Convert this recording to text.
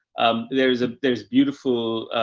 um, there's, ah, there's beautiful,